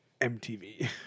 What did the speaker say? MTV